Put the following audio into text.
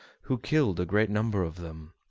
who killed a great number of them.